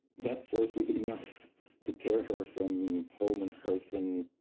that force was enough to tear her from home and hearth and